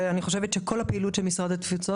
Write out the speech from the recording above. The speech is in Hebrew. אני אגיד שאני חושבת שכל הפעילות של משרד התפוצות,